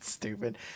stupid